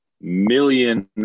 million